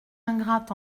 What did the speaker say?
ingrates